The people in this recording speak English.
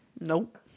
Nope